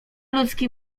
ludzki